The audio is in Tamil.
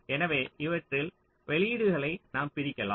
எனவே இவற்றில் வெளியீடுகளை நாம் பிரிக்கலாம்